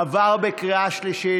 עבר בקריאה שלישית,